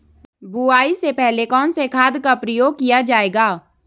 बुआई से पहले कौन से खाद का प्रयोग किया जायेगा?